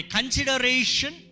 Consideration